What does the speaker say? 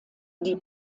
die